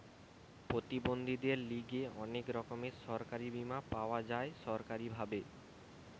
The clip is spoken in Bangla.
প্রতিবন্ধীদের লিগে অনেক রকমের সরকারি বীমা পাওয়া যায় সরকারি ভাবে